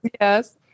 Yes